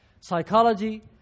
Psychology